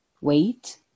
wait